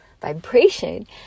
vibration